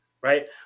right